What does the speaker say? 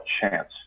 chance